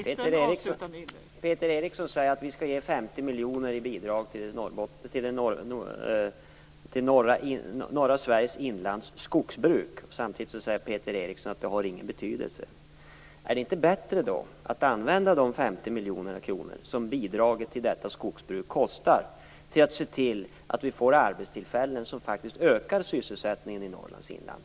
Fru talman! Peter Eriksson säger att vi skall ge 50 miljoner i bidrag till norra Sveriges inlands skogsbruk, samtidigt som han säger att det inte har någon betydelse. Är det då inte bättre att använda de 50 miljoner kronor som bidraget till detta skogsbruk kostar till att se till att vi får arbetstillfällen som faktiskt ökar sysselsättningen i Norrlands inland?